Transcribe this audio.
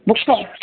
बुख